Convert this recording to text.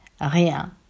rien